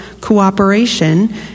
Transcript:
cooperation